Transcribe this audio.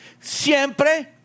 siempre